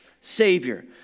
Savior